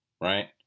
Right